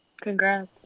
Congrats